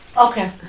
Okay